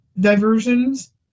diversions